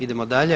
Idemo dalje.